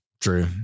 true